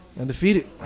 undefeated